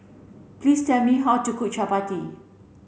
please tell me how to cook Chappati